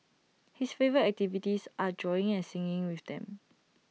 his favourite activities are drawing and singing with them